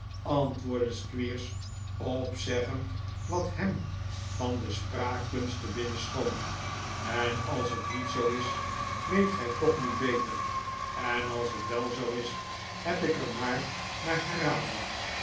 antwoordde squeers opzeggend wat hem van de spraakkunst te binnen schoot en als het niet zoo is weet gij toch niet beter en als het wel zoo is neb ik er maar naar geraden